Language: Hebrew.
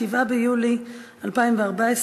7 ביולי 2014,